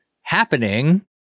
happening